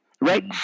right